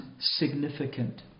significant